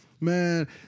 man